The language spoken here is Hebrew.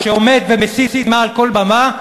שעומד ומסית מעל כל במה,